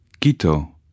Quito